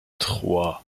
trois